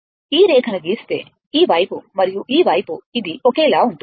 ఈ రేఖను గీస్తే ఈ వైపు మరియు ఈ వైపు ఇది ఒకేలా ఉంటుంది